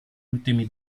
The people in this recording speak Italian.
ultimi